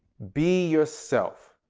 be yourself.